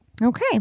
Okay